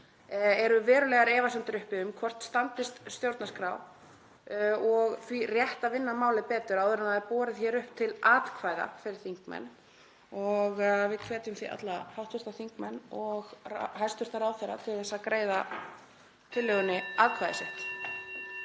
eru verulegar efasemdir uppi um hvort standist stjórnarskrá og því rétt að vinna málið betur áður en það er borið hér upp til atkvæða fyrir þingmenn. Við hvetjum því alla hv. þingmenn og hæstv. ráðherra til þess að greiða þessari tillögu atkvæði sitt.